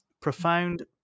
profound